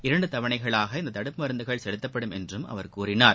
இரண்டு தவனைகளாக இந்த தடுப்பு மருந்துகள் செலுத்தப்படும் என்றும் அவர் கூறினார்